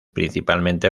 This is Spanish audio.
principalmente